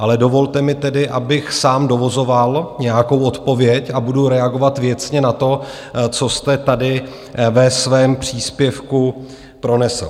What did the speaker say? Ale dovolte mi tedy, abych sám dovozoval nějakou odpověď a budu reagovat věcně na to, co jste tady ve svém příspěvku pronesl.